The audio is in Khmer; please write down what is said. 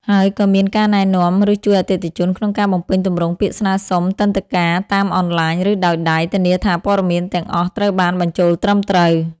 ហើយក៏មានការណែនាំ ឬជួយអតិថិជនក្នុងការបំពេញទម្រង់ពាក្យស្នើសុំទិដ្ឋាការតាមអនឡាញ ឬដោយដៃ ធានាថាព័ត៌មានទាំងអស់ត្រូវបានបញ្ចូលត្រឹមត្រូវ។